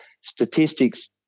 statistics